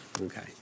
okay